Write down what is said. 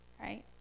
right